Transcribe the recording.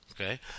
Okay